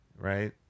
Right